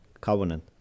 covenant